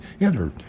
entered